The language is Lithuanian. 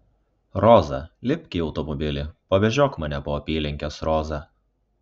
roza lipk į automobilį pavežiok mane po apylinkes roza